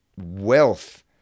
wealth